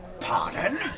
Pardon